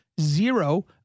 zero